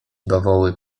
bawoły